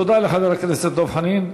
תודה לחבר הכנסת דב חנין.